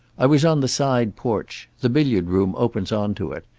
i was on the side porch. the billiard room opens on to it.